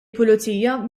pulizija